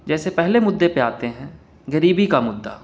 جیسے پہلے مدعے پہ آتے ہیں غریبی کا مدعا